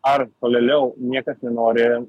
ar tolėliau niekas nenori